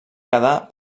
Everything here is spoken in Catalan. quedar